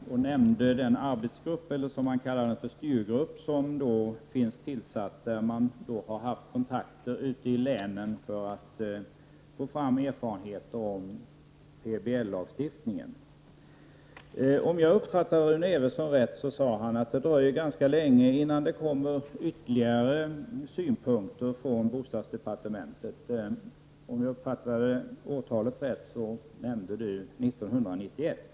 Herr talman! Rune Evensson nämnde den arbetsgrupp, eller styrgrupp, som är tillsatt och som har haft kontakter ute i länen för att få fram erfarenheter av PBL. Om jag uppfattade Rune Evensson rätt sade han att det dröjer ganska länge innan det kommer ytterligare synpunkter från bostadsdepartementet. Såvitt jag förstod nämnde Rune Evensson 1991.